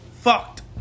fucked